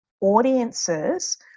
audiences